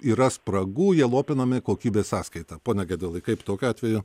yra spragų jie lopinami kokybės sąskaita pone gedvilai kaip tokiu atveju